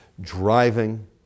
driving